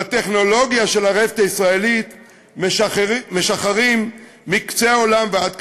לטכנולוגיה של הרפת הישראלית משחרים מקצה העולם ועד קצהו,